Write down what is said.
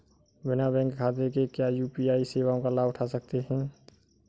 बिना बैंक खाते के क्या यू.पी.आई सेवाओं का लाभ उठा सकते हैं?